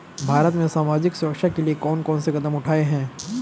भारत में सामाजिक सुरक्षा के लिए कौन कौन से कदम उठाये हैं?